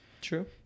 True